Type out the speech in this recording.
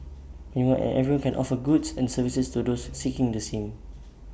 anyone and everyone can offer goods and services to those seeking the same